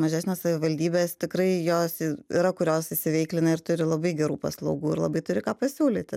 mažesnės savivaldybės tikrai jos yra kurios įsiveiklina ir turi labai gerų paslaugų ir labai turi ką pasiūlyti